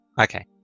Okay